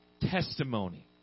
testimony